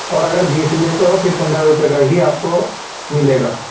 اور اگر بیس لیتے ہو پھر پندرہ روپے کا ہی آپ کو ملے گا